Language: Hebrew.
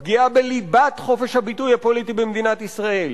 פגיעה בליבת חופש הביטוי הפוליטי במדינת ישראל,